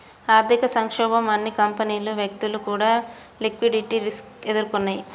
ఆర్థిక సంక్షోభంతో అన్ని కంపెనీలు, వ్యక్తులు కూడా లిక్విడిటీ రిస్క్ ఎదుర్కొన్నయ్యి